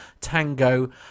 Tango